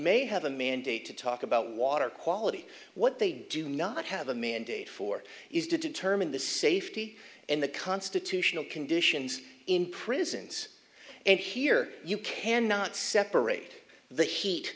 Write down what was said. may have a mandate to talk about water quality what they do not have a mandate for is to determine the safety and the constitutional conditions in prisons and here you cannot separate the heat